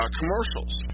commercials